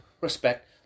respect